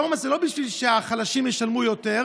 רפורמה זה לא בשביל שהחלשים ישלמו יותר,